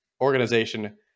organization